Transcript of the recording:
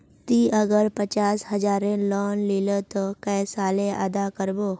ती अगर पचास हजारेर लोन लिलो ते कै साले अदा कर बो?